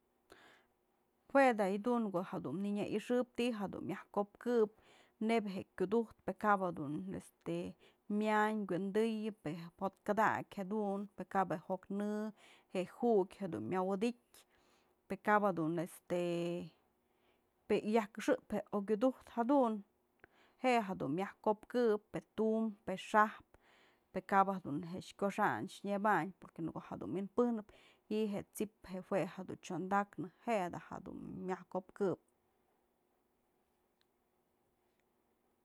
Jue da yë dun, në ko'o da jedun në nya i'ixëp ti'i jadun mya ko'op këp, nebyë je'e kyudujtë pëkap jedun este myañ kyëwyndëyë, pe jo'ot këdakyë jedun, pë kap je joknë, je'e jukyë dun myëwëdytë pë kap jedun este, pë yajkëxëp je'e yokudujtë jadun je'e jedunmyaj ko'op këp, pë tumbë pë xajpë, pë kap jedun kyoxan nyepañ, porque në ko'o jedun wynpëjnëp ji'i je'e t'sip je'e jue dun chyondaknë, je jadun myaj ko'opkëp.